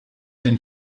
den